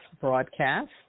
broadcast